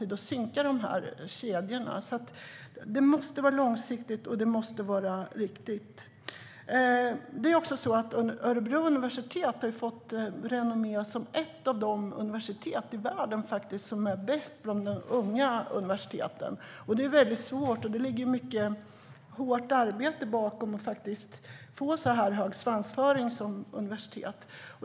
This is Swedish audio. Det måste vara långsiktigt och riktigt gjort. Örebro universitet har också fått renommé som ett av de bästa i världen bland de unga universiteten. Det är väldigt svårt, och det ligger väldigt mycket hårt arbete bakom att kunna ha så hög svansföring som universitet.